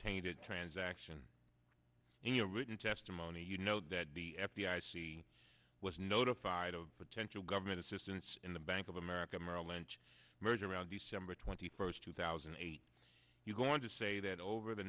tainted transaction in a written testimony you know that the f b i see was notified of potential government assistance in the bank of america merrill lynch merger around december twenty first two thousand and eight you're going to say that over the